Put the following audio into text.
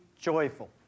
joyful